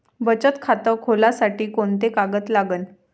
बचत खात खोलासाठी कोंते कागद लागन?